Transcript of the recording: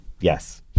yes